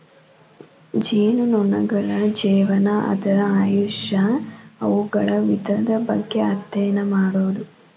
ಜೇನುನೊಣಗಳ ಜೇವನಾ, ಅದರ ಆಯುಷ್ಯಾ, ಅವುಗಳ ವಿಧದ ಬಗ್ಗೆ ಅದ್ಯಯನ ಮಾಡುದು